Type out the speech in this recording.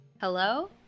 Hello